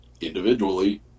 individually